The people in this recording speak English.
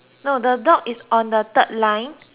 on the third line